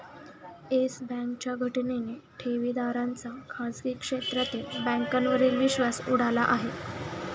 yes बँकेच्या घटनेने ठेवीदारांचा खाजगी क्षेत्रातील बँकांवरील विश्वास उडाला आहे